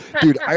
Dude